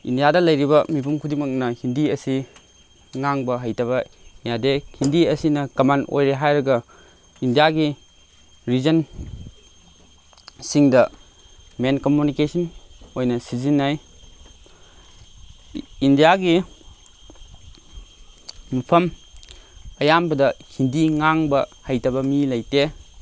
ꯏꯟꯗꯤꯌꯥꯗ ꯂꯩꯔꯤꯕ ꯃꯤꯄꯨꯝ ꯈꯨꯗꯤꯡꯃꯛꯅ ꯍꯤꯟꯗꯤ ꯑꯁꯤ ꯉꯥꯡꯕ ꯍꯩꯇꯕ ꯌꯥꯗꯦ ꯍꯤꯟꯗꯤ ꯑꯁꯤꯅ ꯀꯃꯟ ꯍꯥꯏꯔꯒ ꯏꯟꯗꯤꯌꯥꯒꯤ ꯔꯤꯖꯟ ꯁꯤꯡꯗ ꯃꯦꯟ ꯀꯃꯨꯅꯤꯀꯦꯁꯟ ꯑꯣꯏꯅ ꯁꯤꯖꯤꯟꯅꯩ ꯏꯟꯗꯤꯌꯥꯒꯤ ꯃꯐꯝ ꯑꯌꯥꯝꯕꯗ ꯍꯤꯟꯗꯤ ꯉꯥꯡꯕ ꯍꯩꯇꯕ ꯃꯤ ꯂꯩꯇꯦ